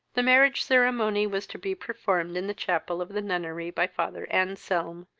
the marriage ceremony was to be performed in the chapel of the nunnery by father anselm,